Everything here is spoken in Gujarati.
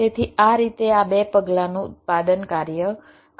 તેથી આ રીતે આ બે પગલાંનું ઉત્પાદન કાર્ય કરે છે